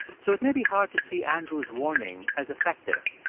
so it may be hard to see andrew's warning as effective.